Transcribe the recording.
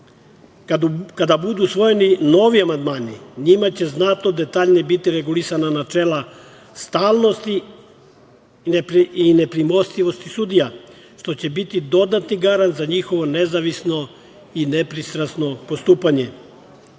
budu usvojeni novi amandmani, njima će znatno detaljnije biti regulisana načela stalnosti i nepremostivosti sudija, što će biti dodatni garant za njihovo nezavisno i nepristrasno postupanje.